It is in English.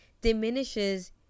diminishes